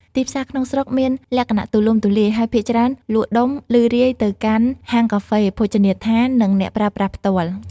ទីផ្សារក្នុងស្រុកមានលក្ខណៈទូលំទូលាយ ហើយភាគច្រើនលក់ដុំ ឬរាយទៅកាន់ហាងកាហ្វេ ភោជនីយដ្ឋាន និងអ្នកប្រើប្រាស់ផ្ទាល់។